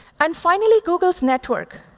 and finally, google's network.